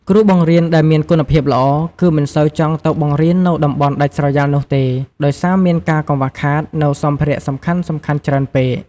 គ្រូបង្រៀនដែលមានគុណភាពល្អ គឺមិនសូវចង់ទៅបង្រៀននៅតំបន់ដាច់ស្រយាលនោះទេ ដោយសារមានការកង្វះខាតនៅសម្ភារៈសំខាន់ៗច្រើនពេក។